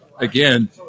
Again